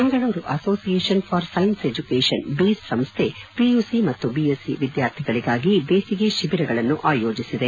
Bengaluru association for science education base ಸಂಸ್ಥೆ PUC ಮತ್ತು BSc ವಿದ್ಯಾರ್ಥಿಗಳಿಗಾಗಿ ಬೇಸಿಗೆ ಶಿಬಿರಗಳನ್ನು ಆಯೋಜಿಸಿದೆ